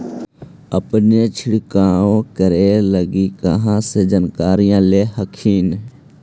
अपने छीरकाऔ करे लगी कहा से जानकारीया ले हखिन?